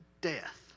death